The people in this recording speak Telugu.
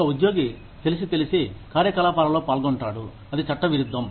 ఒక ఉద్యోగి తెలిసి తెలిసి కార్యకలాపాలలో పాల్గొంటాడు అది చట్ట విరుద్ధం